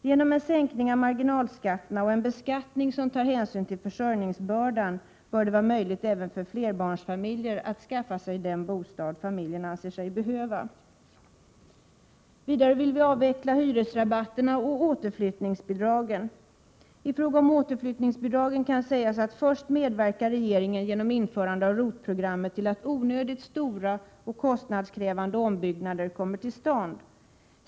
Genom en sänkning av marginalskatterna och en beskattning som tar hänsyn till försörjningsbördan bör det vara möjligt även för flerbarnsfamiljer att skaffa sig den bostad som familjen anser sig behöva. Vidare vill vi avveckla hyresrabatterna och återflyttningsbidragen. I fråga om återflyttningsbidragen kan sägas: Först medverkar regeringen genom införande av ROT-programmet till att onödigt stora och kostnadskrä vande ombyggnader kommer till stånd.